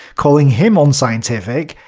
calling him unscientific,